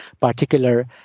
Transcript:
particular